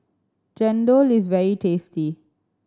chendol is very tasty